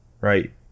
right